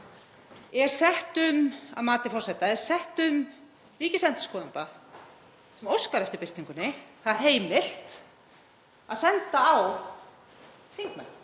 þá þessi: Að mati forseta, er settum ríkisendurskoðanda sem óskar eftir birtingunni það heimilt að senda á þingmenn?